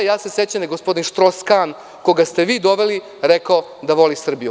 Ja se sećam gospodina Štroskana, koga ste vi doveli, rekao je da voli Srbiju.